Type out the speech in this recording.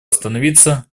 остановиться